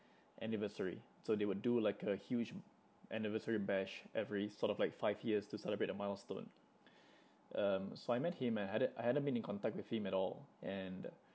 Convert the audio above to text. anniversary so they would do like a huge anniversary bash every sort of like five years to celebrate a milestone um so I met him I hadn't I hadn't been in contact with him at all and